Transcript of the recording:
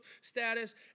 status